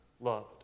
loved